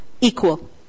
equal